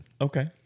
Okay